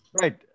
Right